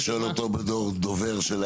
אתה שואל אותו בתור דובר שלהם?